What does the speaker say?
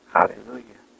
Hallelujah